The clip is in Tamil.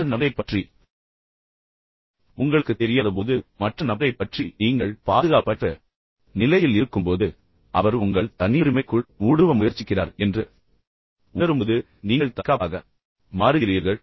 மற்ற நபரைப் பற்றி உங்களுக்குத் தெரியாதபோது மற்ற நபரைப் பற்றி நீங்கள் பாதுகாப்பற்ற நிலையில் இருக்கும்போது மற்ற நபர் உங்கள் தனியுரிமைக்குள் ஊடுருவ முயற்சிக்கிறார் என்று நீங்கள் உணரும்போது நீங்கள் தற்காப்பாக மாறுகிறீர்கள்